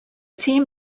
team